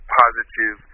positive